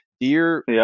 dear